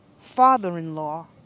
father-in-law